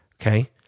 Okay